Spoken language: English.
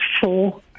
four